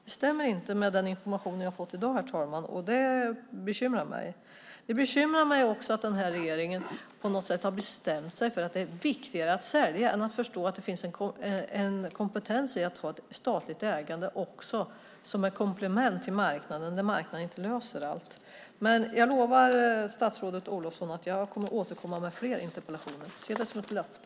Det stämmer inte med den information som vi har fått i dag, herr talman, och det bekymrar mig. Det bekymrar mig också att regeringen på något sätt har bestämt sig för att det är viktigare att sälja än att förstå att det finns ett värde i att ha ett statligt ägande som ett komplement till marknaden när marknaden inte löser allt. Jag lovar statsrådet Olofsson att jag återkommer med flera interpellationer. Se det som ett löfte!